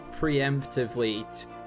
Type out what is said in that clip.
preemptively